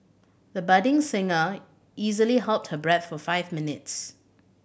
the budding singer easily held her breath for five minutes